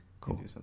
cool